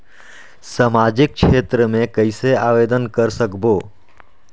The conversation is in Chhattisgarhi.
समाजिक क्षेत्र मे कइसे आवेदन कर सकबो?